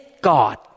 God